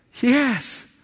yes